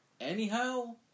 anyhow